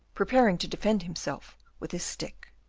preparing to defend himself with his stick.